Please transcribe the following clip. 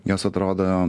jos atrodo